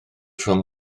rhwng